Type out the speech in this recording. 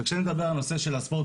וכשאני מדבר על הנושא של הספורט,